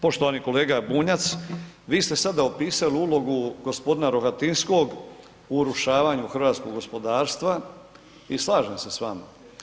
Poštovani kolega Bunjac, vi ste sada opisali ulogu gospodina Rohatinskog o urušavanju hrvatskog gospodarstva i slažem se s vama.